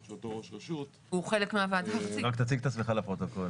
שאותו ראש רשות --- רק תציג את עצמך לפרוטוקול.